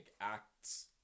acts